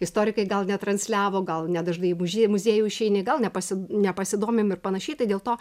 istorikai gal netransliavo gal nedažnai į mužie muziejų išeini gal nepasi nepasidomim ir panašiai tai dėl to